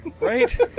Right